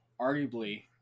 arguably